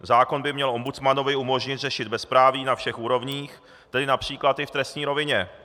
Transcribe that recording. Zákon by měl ombudsmanovi umožnit řešit bezpráví na všech úrovních, tedy například i v trestní rovině.